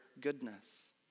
goodness